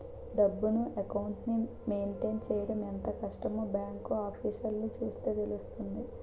డబ్బును, అకౌంట్లని మెయింటైన్ చెయ్యడం ఎంత కష్టమో బాంకు ఆఫీసర్లని చూస్తే తెలుస్తుంది